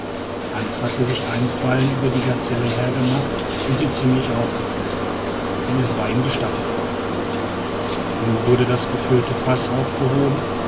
hans hatte sich einstweilen über die gazelle hergemacht und sie ziemlich aufgefressen denn es war ihm gestattet worden nun wurde das gefüllte faß aufgehoben